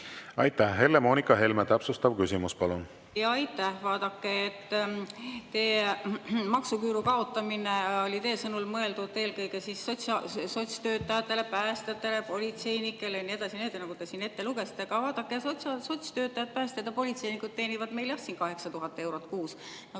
Aitäh! Helle-Monika Helme, täpsustav küsimus, palun! Aitäh! Maksuküüru kaotamine oli teie sõnul mõeldud eelkõige sotsiaaltöötajatele, päästjatele, politseinikele ja nii edasi, nii nagu te siin ette lugesite. Aga vaadake, sotstöötajad, päästjad ja politseinikud teenivad meil jah 8000 eurot kuus